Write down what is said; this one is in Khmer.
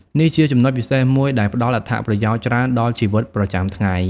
នេះជាចំណុចពិសេសមួយដែលផ្តល់អត្ថប្រយោជន៍ច្រើនដល់ជីវិតប្រចាំថ្ងៃ ។